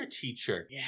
teacher